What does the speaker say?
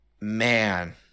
man